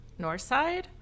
Northside